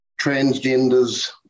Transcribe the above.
transgenders